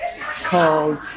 called